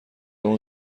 اون